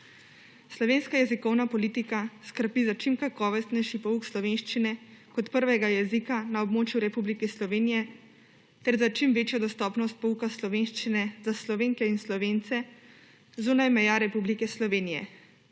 Slovenska jezikovna politika skrbi za čim kakovostnejši pouk slovenščine, kot prvega jezika na območju Republike Slovenije, ter za čim večjo dostopnost pouka slovenščine za Slovenke in Slovence, zunaj meja Republike Slovenije.